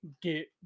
get